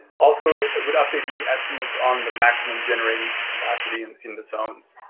also, it would update any estimates on the maximum generating capacity and in the zones.